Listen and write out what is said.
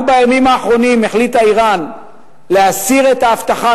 רק בימים האחרונים החליטה אירן להסיר את האבטחה